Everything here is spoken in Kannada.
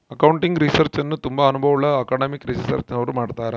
ಅಕೌಂಟಿಂಗ್ ರಿಸರ್ಚ್ ಅನ್ನು ತುಂಬಾ ಅನುಭವವುಳ್ಳ ಅಕಾಡೆಮಿಕ್ ರಿಸರ್ಚ್ನವರು ಮಾಡ್ತರ್